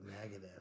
negative